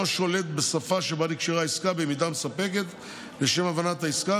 שולט בשפה שבה נקשרה העסקה במידה מספקת לשם הבנת העסקה.